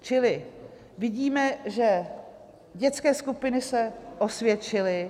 Čili vidíme, že dětské skupiny se osvědčily.